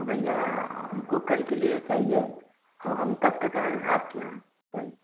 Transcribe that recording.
भैया हमको कल के लिए चाहिए तो हम कब तक आएँ आपके यहाँ कल